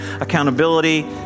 accountability